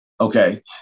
Okay